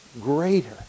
greater